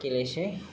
गेलेसै